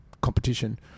competition